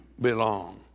belong